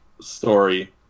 story